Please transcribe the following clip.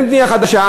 אין בנייה חדשה?